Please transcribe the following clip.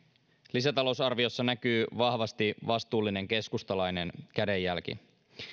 lisätalousarviossa näkyy vahvasti vastuullinen keskustalainen kädenjälki